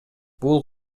бул